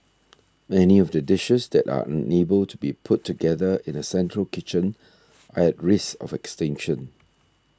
any of the dishes that are unable to be put together in a central kitchen are at risk of extinction